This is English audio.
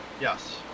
Yes